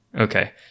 Okay